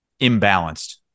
imbalanced